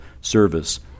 service